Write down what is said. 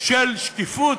של שקיפות,